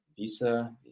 visa